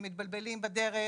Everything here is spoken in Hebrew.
הם מתבלבלים בדרך,